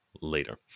later